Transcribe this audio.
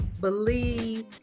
believe